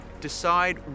Decide